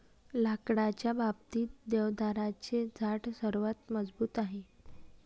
लाकडाच्या बाबतीत, देवदाराचे झाड सर्वात मजबूत आहे